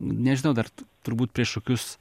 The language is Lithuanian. nežinau dar turbūt prieš kokius